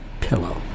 pillow